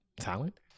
talent